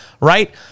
right